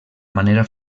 manera